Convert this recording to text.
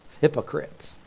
Hypocrites